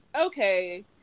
okay